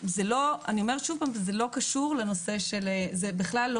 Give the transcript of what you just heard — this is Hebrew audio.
אני אומרת שוב שזה לא קשור לנושא זה בכלל לא